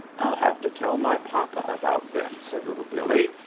i'll have to tell my papa about them, said little billee,